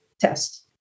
test